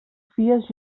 fies